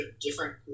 different